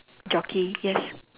jockey yes